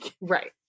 right